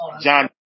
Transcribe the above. John